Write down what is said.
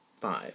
five